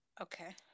Okay